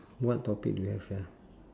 what topic do we have sia